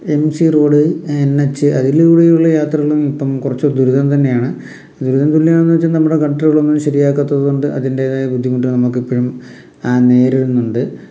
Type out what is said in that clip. M C road N H അതിലൂടെയുള്ള യാത്രകളും ഇപ്പം കുറച്ച് ദുരിതം തന്നെയാണ് ദുരിതം തന്നെയാണെന്ന് വെച്ചാൽ നമ്മുടെ കൺട്രികളൊന്നും ശരിയാക്കത്തത് കൊണ്ട് അതിന്റെതായ ബുദ്ധിമുട്ട് നമുക്ക് ഇപ്പോഴും നേരിടുന്നുണ്ട്